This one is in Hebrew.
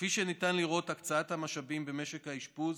כפי שניתן לראות, הקצאת המשאבים במשק האשפוז